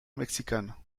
mexicano